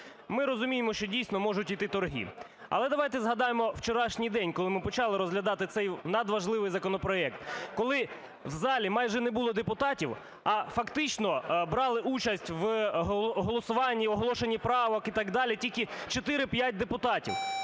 ми розуміємо, що, дійсно, можуть йти торги. Але давайте згадаємо вчорашній день, коли ми почали розглядати цей надважливий законопроект. Коли в залі майже не було депутатів, а фактично брали участь в голосуванні, в оголошенні правок і так далі тільки 4-5 депутатів.